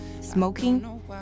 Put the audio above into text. smoking